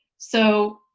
so